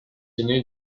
ainé